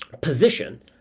position